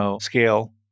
scale